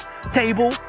table